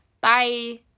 bye